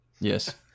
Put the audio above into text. Yes